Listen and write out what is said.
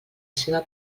seva